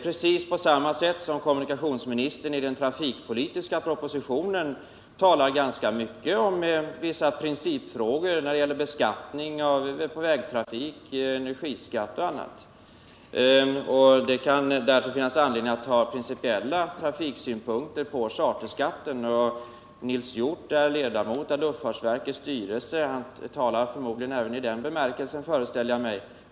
Precis som kommunikationsministern i den trafikpolitiska propositionen talar ganska mycket om vissa principfrågor när det gäller beskattning av vägtrafik, energiskatt etc. kan det finnas anledning att lägga principiella trafiksynpunkter på charterskatten. Nils Hjorth är ledamot av luftfartsverkets styrelse. Han talar förmodligen även i den egenskapen, föreställer jag mig.